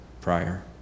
prior